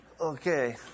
Okay